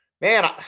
man